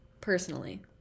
personally